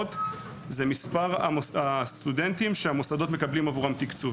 מכסות זה מספר הסטודנטים שהמוסדות מקבלים עבורם תקצוב.